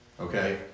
okay